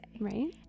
Right